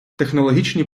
технологічні